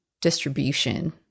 distribution